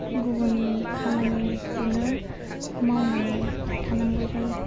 गुबुन खामानिखौनो मावनानै थानांगौ जायो